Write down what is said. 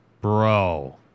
bro